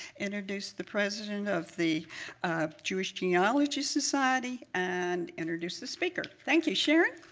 introduce the president of the jewish genealogy society and introduce the speaker. thank you. sharon.